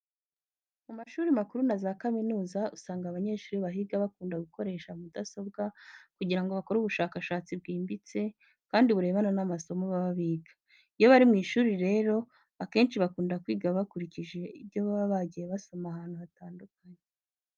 Mu mashuri makuru na za kaminuza usanga abanyeshuri bahiga bakunda gukoresha mudasobwa kugira ngo bakore ubushakashatsi bwimbitse kandi burebana n'amasomo baba biga. Iyo bari mu ishuri rero, akenshi bakunda kwiga bakurikije ibyo baba bagiye basoma ahantu hatandukanye.